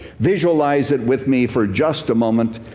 visualize it with me for just a moment.